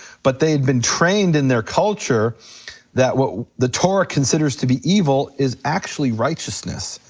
but they had been trained in their culture that what the torah considers to be evil is actually righteousness,